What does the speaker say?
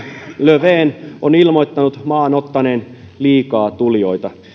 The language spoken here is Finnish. löfven on ilmoittanut maan ottaneen liikaa tulijoita